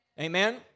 Amen